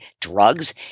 drugs